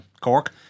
Cork